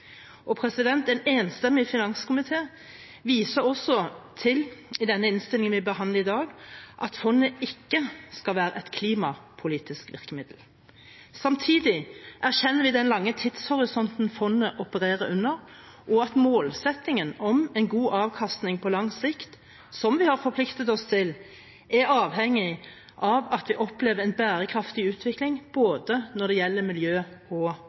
En enstemmig finanskomité viser også til i den innstillingen vi behandler i dag, at fondet ikke skal være et klimapolitisk virkemiddel. Samtidig erkjenner vi den lange tidshorisonten fondet opererer under, og at målsettingen om en god avkastning på lang sikt – som vi har forpliktet oss til – er avhengig av at vi opplever en bærekraftig utvikling når det gjelder både miljø